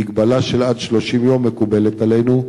מגבלה של עד 30 יום מקובלת עלינו.